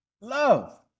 Love